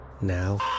Now